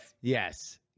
Yes